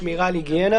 לשמירה על היגיינה.